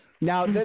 Now